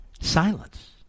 Silence